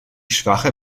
schwache